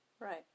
Right